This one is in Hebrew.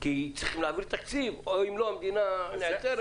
כי צריך להעביר תקציב, ואם לא המדינה נעצרת.